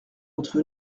entre